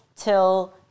till